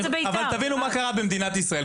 תקשיבו מה קרה במדינת ישראל.